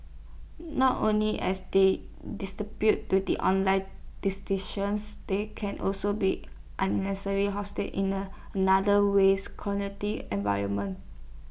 not only as they to the online they can also be unnecessary hostile in an other ways corner tea environment